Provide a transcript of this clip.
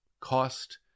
Cost